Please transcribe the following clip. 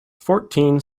fourteen